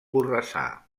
borrassà